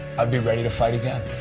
i'd be ready to fight again.